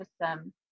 system